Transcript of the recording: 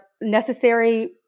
necessary